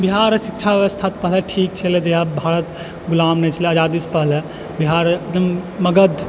बिहारक शिक्षा व्यवस्था पहिले ठीक छलै जहिया भारत गुलाम नहि छलै आजादी सऽ पहिले बिहार एकदम मगध